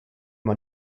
man